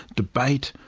debate,